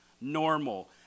normal